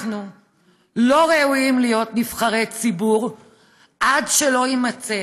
אנחנו לא ראויים להיות נבחרי ציבור עד שלא יימצא